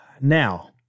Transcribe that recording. Now